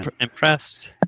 impressed